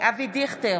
אבי דיכטר,